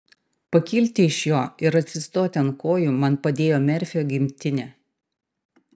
pakilti iš jo ir atsistoti ant kojų man padėjo merfio gimtinė